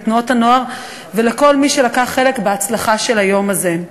לתנועות הנוער ולכל מי שלקח חלק בהצלחה של היום הזה.